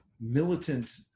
militant